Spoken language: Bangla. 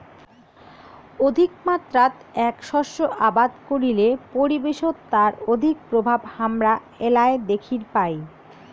অধিকমাত্রাত এ্যাক শস্য আবাদ করিলে পরিবেশত তার অধিক প্রভাব হামরা এ্যালায় দ্যাখির পাই